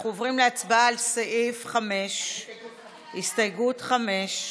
אנחנו עוברים להצבעה על 5. ההסתייגות (5) של קבוצת